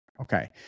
okay